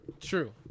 True